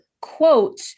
quote